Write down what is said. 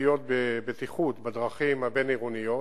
תשתיות בטיחות בדרכים הבין-עירוניות,